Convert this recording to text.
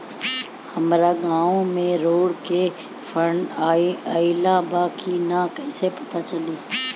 हमरा गांव मे रोड के फन्ड आइल बा कि ना कैसे पता लागि?